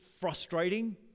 frustrating